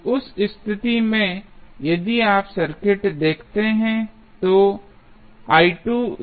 अब उस स्थिति में यदि आप सर्किट देखते हैं तो 2A